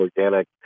organic